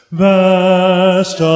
vast